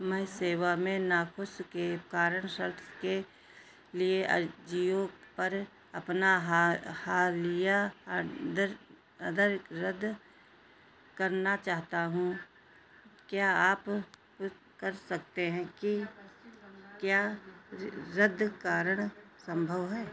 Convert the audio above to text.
मैं सेवा में नाख़ुशी के कारण शर्ट के लिए अजियो पर अपना हालिया अडदर अदर रद्द करना चाहता हूँ क्या आप कुछ कर सकते हैं कि क्या रद्द कारण संभव है